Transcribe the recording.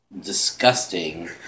disgusting